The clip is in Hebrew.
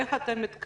איך אתם מתכוונים